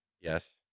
Yes